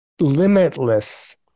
Limitless